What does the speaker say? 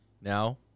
Now